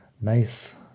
Nice